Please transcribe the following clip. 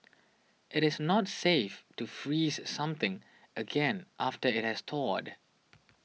it is not safe to freeze something again after it has thawed